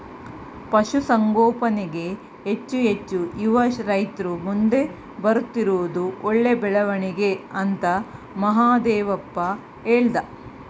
ಪಶುಸಂಗೋಪನೆಗೆ ಹೆಚ್ಚು ಹೆಚ್ಚು ಯುವ ರೈತ್ರು ಮುಂದೆ ಬರುತ್ತಿರುವುದು ಒಳ್ಳೆ ಬೆಳವಣಿಗೆ ಅಂತ ಮಹಾದೇವಪ್ಪ ಹೇಳ್ದ